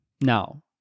now